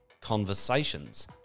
Conversations